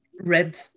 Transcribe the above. red